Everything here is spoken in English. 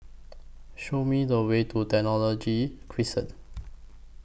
Show Me The Way to Technology Crescent